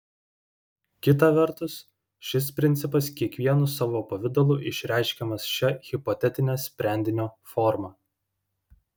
kita vertus šis principas kiekvienu savo pavidalu išreiškiamas šia hipotetine sprendinio forma